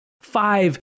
Five